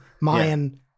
mayan